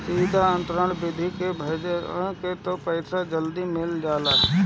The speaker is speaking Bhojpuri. सीधा अंतरण विधि से भजबअ तअ पईसा जल्दी मिल जाला